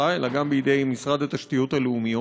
אלא גם בידי משרד התשתיות הלאומיות,